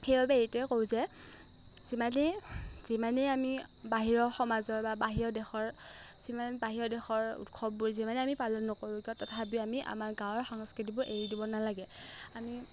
সেইবাবে এটোৱেই কওঁ যে যিমানেই যিমানেই আমি বাহিৰৰ সমাজৰ বা বাহিৰৰ দেশৰ যিমান বাহিৰৰ দেশৰ উৎসৱবোৰ যিমানেই আমি পালন নকৰোঁ কিয় তথাপি আমি আমাৰ গাঁৱৰ সংস্কৃতিবোৰ এৰি দিব নালাগে আমি